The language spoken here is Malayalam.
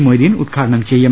മൊയ്തീൻ ഉദ്ഘാടനം ചെയ്യും